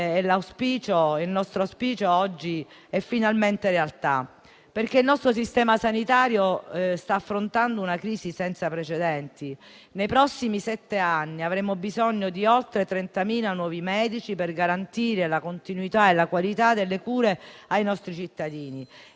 Il nostro auspicio oggi è finalmente realtà, perché il nostro Sistema sanitario sta affrontando una crisi senza precedenti. Nei prossimi sette anni avremo bisogno di oltre 30.000 nuovi medici per garantire la continuità e la qualità delle cure ai nostri cittadini